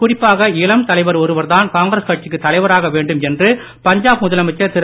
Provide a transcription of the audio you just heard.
குறிப்பாக இளம் தலைவர் ஒருவர்தான் காங்கிரஸ் கட்சிக்குத் தலைவராக வேண்டும் என்று பஞ்சாப் முதலமைச்சர் திரு